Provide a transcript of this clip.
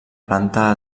planta